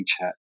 chat